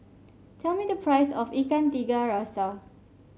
tell me the price of Ikan Tiga Rasa